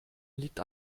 liegt